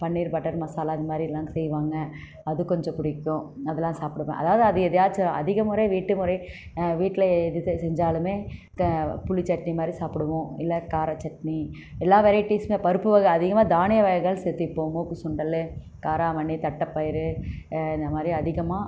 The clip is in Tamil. பன்னீர் பட்டர் மசாலா இந்தமாதிரியெல்லாம் செய்வாங்க அது கொஞ்சம் பிடிக்கும் அதெல்லாம் சாப்பிடுவேன் அதாவது அது எதையாச்சும் அதிகமுறை வீட்டுமுறை வீட்டில் எது செஞ்சாலுமே புளிச்சட்னி மாதிரி சாப்பிடுவோம் இல்லை காரச்சட்னி எல்லா வெரைட்டீஸுமே பருப்பு வகை அதிகமாக தனியாக வகைதான் சேர்த்திப்போம் சுண்டல் காராமணி தட்டப்பயிறு இந்தமாதிரி அதிகமாக